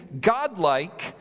godlike